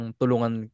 tulungan